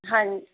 ਹਾਂਜੀ